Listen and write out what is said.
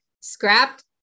scrapped